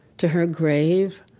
to her grave?